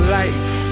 life